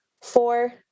four